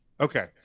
Okay